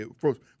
first